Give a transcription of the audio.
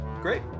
great